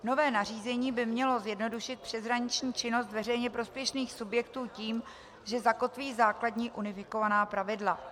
Nové nařízení by mělo zjednodušit přeshraniční činnost veřejně prospěšných subjektů tím, že zakotví základní unifikovaná pravidla.